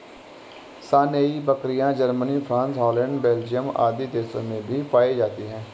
सानेंइ बकरियाँ, Germany, France, Holland, Belgium आदि देशों में भी पायी जाती है